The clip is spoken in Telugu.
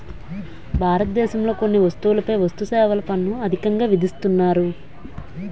భారతదేశంలో కొన్ని వస్తువులపై వస్తుసేవల పన్ను అధికంగా విధిస్తున్నారు